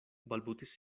balbutis